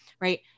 right